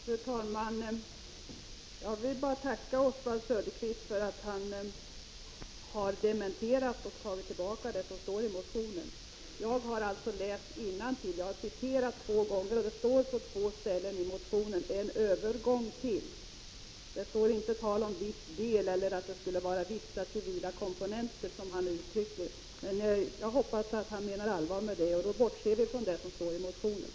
Fru talman! Jag vill tacka Oswald Söderqvist för att han har dementerat och tagit tillbaka det som står i motionen. Jag har alltså läst innantill. Det står på två ställen talat om en övergång till — det står inte tal om viss del eller att det skulle vara vissa civila komponenter, som Oswald Söderqvist säger. Men jag hoppas att han menar allvar nu, och då bortser vi från det som står i motionen.